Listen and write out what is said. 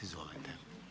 Izvolite.